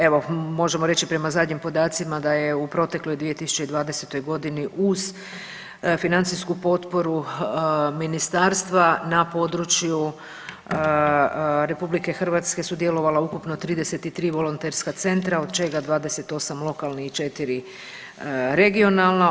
Evo možemo reći prema zadnjim podacima da je u protekloj 2020. godinu uz financijsku potporu ministarstva na području RH sudjelovalo ukupno 33 volonterska centra od čega 28 lokalnih i 4 regionalna.